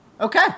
okay